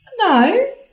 No